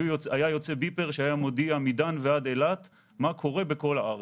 היה יוצא ביפר שהיה מודיע מדן ועד אילת מה קורה בכל הארץ.